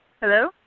Hello